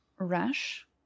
Rash